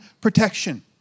protection